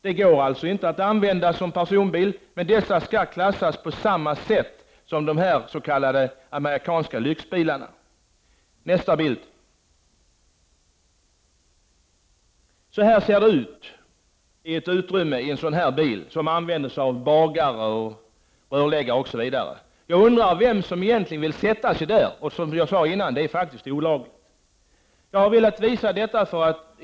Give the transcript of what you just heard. Det går alltså inte att använda detta fordon som personbil utan det skall klassas som de amerikanska lyxbilarna! Bild nr 3 visar utrymmet i en sådan här bil som används av bagare, rörläggare osv. Vem vill egentligen sitta i ett sådant utrymme? Som jag redan har sagt är det faktiskt olagligt att ha personer i detta utrymme.